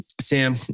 Sam